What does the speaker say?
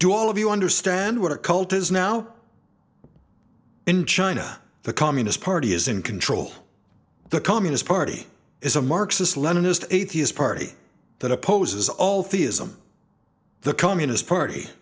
do all of you understand what a cult is now in china the communist party is in control the communist party is a marxist leninist atheist party that opposes all theism the communist party